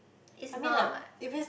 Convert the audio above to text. is not